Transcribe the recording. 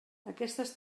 aquestes